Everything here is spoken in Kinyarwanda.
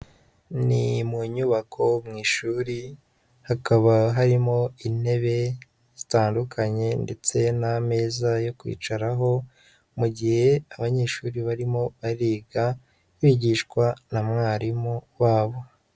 Ni mu nyubako mu ishuri, hakaba harimo intebe zitandukanye, ndetse n'ameza yo kwicaraho, mu gihe abanyeshuri barimo bariga, bigishwa na mwarimu wabo.